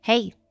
Hey